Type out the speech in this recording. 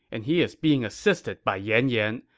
and he is being assisted by yan yan.